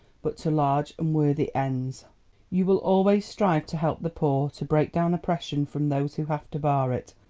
but to large and worthy ends you will always strive to help the poor, to break down oppression from those who have to bar it,